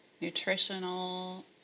nutritional